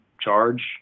charge